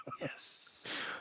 Yes